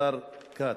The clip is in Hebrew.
השר כץ,